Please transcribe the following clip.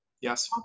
Yes